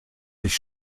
sich